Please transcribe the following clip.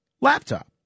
laptop